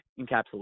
encapsulation